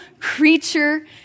creature